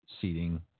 seating